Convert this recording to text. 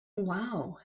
wow